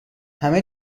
همه